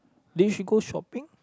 then you should go shopping